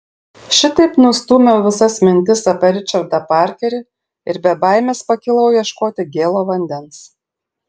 šitaip nustūmiau visas mintis apie ričardą parkerį ir be baimės pakilau ieškoti gėlo vandens